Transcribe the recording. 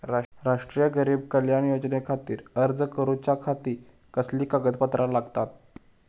राष्ट्रीय गरीब कल्याण योजनेखातीर अर्ज करूच्या खाती कसली कागदपत्रा लागतत?